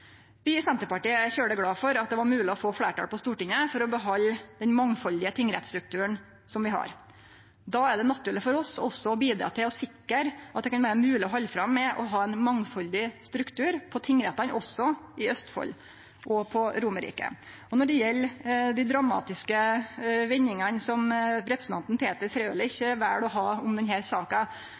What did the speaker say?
Vi i Senterpartiet er veldig glade for at det var mogleg å få fleirtal på Stortinget for å behalde den mangfaldige tingrettsstrukturen som vi har. Då er det naturleg for oss også å bidra til å sikre at det kan vere mogleg å halde fram med å ha ein mangfaldig struktur på tingrettane også i Østfold og på Romerike. Når det gjeld dei dramatiske vendingane som representanten Peter